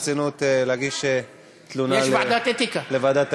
אני שוקל ברצינות להגיש תלונה, יש ועדת האתיקה.